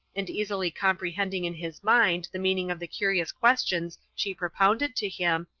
and easily comprehending in his mind the meaning of the curious questions she propounded to him,